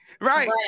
Right